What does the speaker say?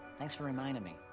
thanks for reminding me.